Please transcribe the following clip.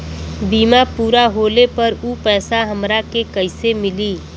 बीमा पूरा होले पर उ पैसा हमरा के कईसे मिली?